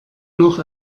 noch